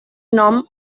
nom